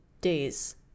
days